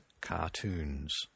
cartoons